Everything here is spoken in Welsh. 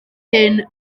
hyn